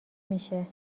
میشه